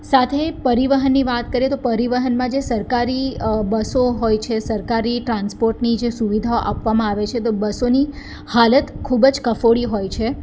સાથે પરિવહનની વાત કરીએ તો પરિવહનમાં જે સરકારી બસો હોય છે સરકારી ટ્રાન્સપોર્ટની જે સુવિધાઓ આપવામાં આવે છે તો બસોની હાલત ખૂબ જ કફોડી હોય છે